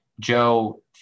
Joe